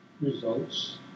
results